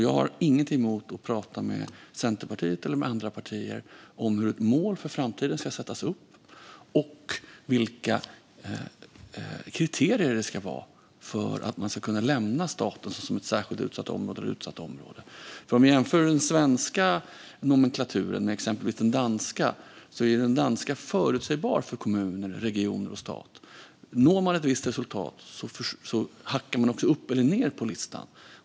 Jag har inget emot att prata med Centerpartiet eller andra partier om hur ett mål för framtiden ska sättas upp och vilka kriterier som ska gälla för att man ska kunna lämna statusen som ett särskilt utsatt område eller ett utsatt område. Om jag jämför den svenska nomenklaturen med exempelvis den danska ser jag att den danska är förutsägbar för kommuner, regioner och stat. Om man når ett visst resultat gör man också ett hopp upp eller ned på listan.